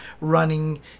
running